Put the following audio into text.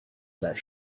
that